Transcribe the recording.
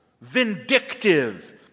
vindictive